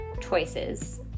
choices